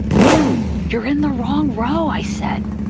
dude, you're in the wrong row! i said.